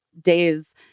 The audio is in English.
days